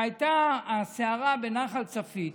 שהייתה הסערה בנחל צפית,